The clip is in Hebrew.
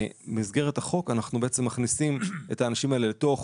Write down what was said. במסגרת החוק אנחנו מכניסים את האנשים האלה לתוך